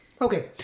Okay